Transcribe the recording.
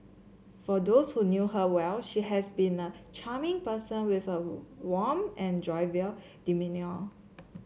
for those who knew her well she has been a charming person with a warm and jovial demeanour